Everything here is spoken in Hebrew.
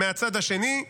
מהצד השני,